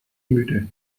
müde